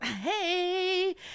hey